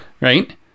Right